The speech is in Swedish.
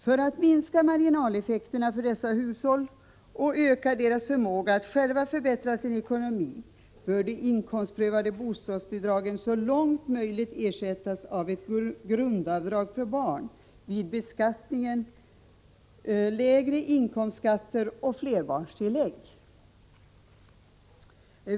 För att minska marginaleffekterna för dessa hushåll och öka deras förmåga att själva förbättra sin ekonomi bör de inkomstprövade bostadsbidragen så långt möjligt ersättas av ett grundavdrag för barn vid beskattningen, lägre inkomstskatter och flerbarnstillägg.